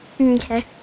Okay